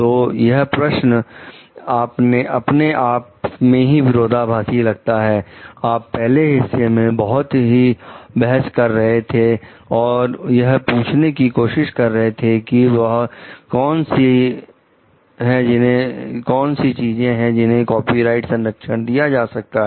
तो यह प्रश्न अपने आप में ही विरोधाभासी लगता है आप पहले हिस्से में बहुत ही बहस कर रहे थे और यह पूछने की कोशिश कर रहे थे की वह कौन सी हैं जिन्हें कॉपीराइट संरक्षण दिया जा सकता है